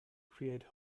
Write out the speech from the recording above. create